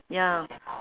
ya